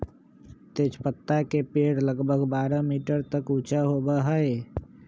तेजपत्ता के पेड़ लगभग बारह मीटर तक ऊंचा होबा हई